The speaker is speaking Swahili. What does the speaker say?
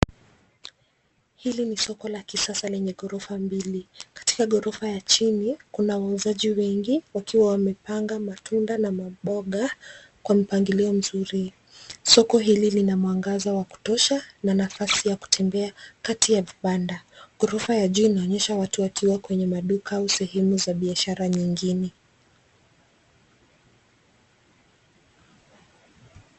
Hili ni soko la kisasa lenye ghorofa mbili. Katika ghorofa ya chini, kuna wauzaji wengi wakiwa wamepanga matunda na maboga kwa mpangilio mzuri. Soko hili lina mwangaza wa kutosha na nafasi ya kutembea kati ya vibanda. Ghorofa ya juu inaonyesha watu wakiwa kwenye maduka au sehemu za biashara nyingine.